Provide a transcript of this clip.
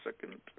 second